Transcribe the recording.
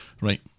Right